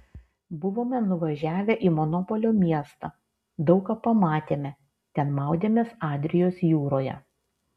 buvome nuvažiavę į monopolio miestą daug ką pamatėme ten maudėmės adrijos jūroje